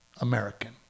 American